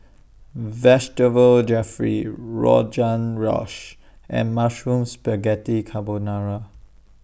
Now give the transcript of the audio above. Vegetable Jalfrezi Rogan Josh and Mushroom Spaghetti Carbonara